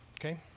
Okay